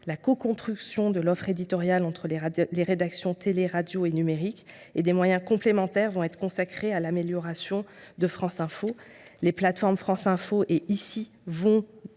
la coconstruction de l’offre éditoriale entre les rédactions télé, radio et numérique. Des moyens complémentaires seront par conséquent consacrés à l’amélioration de France Info. Les plateformes France Info et Ici pourront